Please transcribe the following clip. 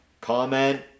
comment